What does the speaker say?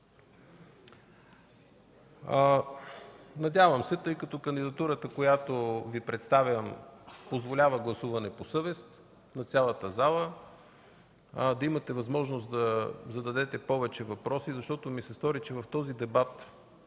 Надявам се, тъй като кандидатурата, която Ви представям, позволява гласуване по съвест на цялата зала, да имате възможност да зададете повече въпроси, защото ми се стори, че в този дебат